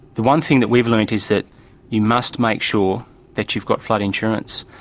the one thing that we've learnt is that you must make sure that you've got flood insurance.